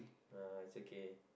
nah it's okay